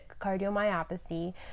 cardiomyopathy